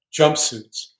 jumpsuits